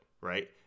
right